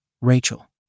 Rachel